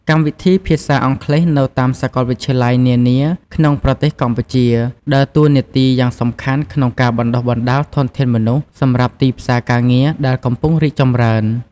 កម្មវិធីភាសាអង់គ្លេសនៅតាមសាកលវិទ្យាល័យនានា ក្នុងប្រទេសកម្ពុជា ដើរតួនាទីយ៉ាងសំខាន់ក្នុងការបណ្តុះបណ្តាលធនធានមនុស្សសម្រាប់ទីផ្សារការងារដែលកំពុងរីកចម្រើន។